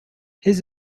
his